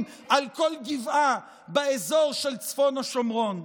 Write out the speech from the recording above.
על כל גבעה באזור של צפון השומרון.